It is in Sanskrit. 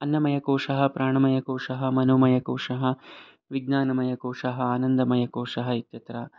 अन्नमयकोशः प्राणमयकोशः मनोमयकोशः विज्ञानमयकोशः आनन्दमयकोशः इत्यत्र